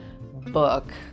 book